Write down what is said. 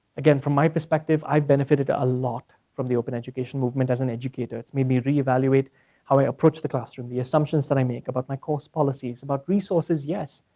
again, from my perspective, i benefited a lot from the open education movement as an educator. it's made me re-evaluate how i approach the classroom. the assumptions that i make about my course policies, about resources, yes,